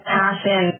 passion